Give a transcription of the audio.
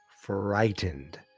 frightened